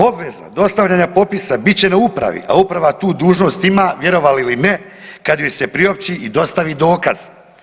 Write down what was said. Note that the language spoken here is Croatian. Obveza dostavljanja popisa bit će na upravi, a uprava tu dužnost ima vjerovali ili ne kad joj se priopći i dostavi dokaz.